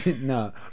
No